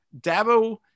Dabo